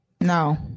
No